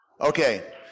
Okay